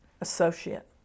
associate